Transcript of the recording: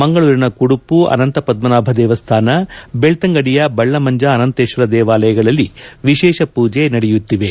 ಮಂಗಳೂರಿನ ಕುಡುಪು ಅನಂತ ಪದ್ದಾಭ ದೇಮ್ಯಾನ ಬೆಳ್ಳಂಗಡಿಯ ಬಳ್ಲಮಂಜ ಅನಂತೇಶ್ವರ ದೇವಾಲಯಗಳಲ್ಲಿ ವಿಶೇಷ ಪೂಜೆ ನಡೆಯುತ್ತಿವೆ